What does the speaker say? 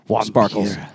sparkles